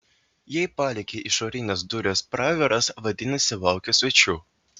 jei palieki išorines duris praviras vadinasi lauki svečių